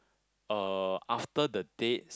uh after the dates